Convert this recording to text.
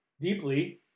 deeply